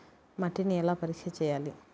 మట్టిని ఎలా పరీక్ష చేయాలి?